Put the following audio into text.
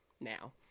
now